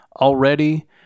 already